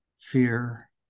fear